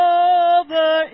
over